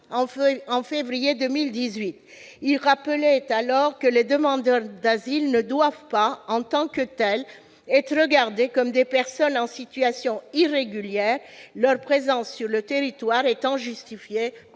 en février 2018. Celui-ci rappelait alors que les demandeurs d'asile ne doivent pas être regardés en tant que tels comme des personnes en situation irrégulière, leur présence sur le territoire étant justifiée